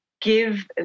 give